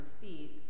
feet